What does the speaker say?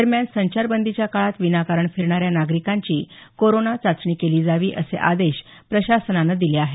दरम्यान संचारबंदीच्या काळात विनाकारण फिरणाऱ्या नागरिकांची कोरोना चाचणी केली जावी असे आदेश प्रशासनानं दिले आहेत